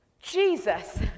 Jesus